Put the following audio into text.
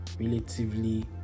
relatively